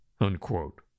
Unquote